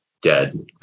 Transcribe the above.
Dead